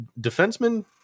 defensemen